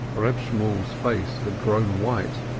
reb shemuel's face had grown white.